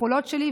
ביכולות שלי,